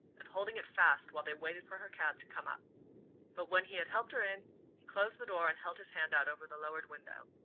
and holding it fast while they waited for her cab to come up but when he had helped her in he closed the door and held his hand out over the lowered window.